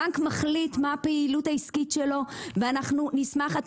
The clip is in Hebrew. בנק מחליט מה הפעילות העסקית שלו ואנחנו נשמח,